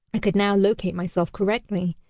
i could now locate myself correctly,